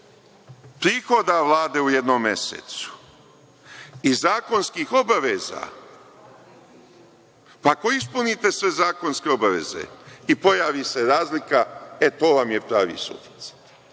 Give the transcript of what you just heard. prihoda Vlade u jednom mesecu i zakonskih obaveza, ako ispunite sve zakonske obaveze i pojavi se razlika, e to vam je pravi suficit.